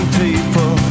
people